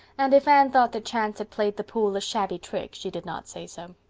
and if anne thought that chance had played the pool a shabby trick she did not say so.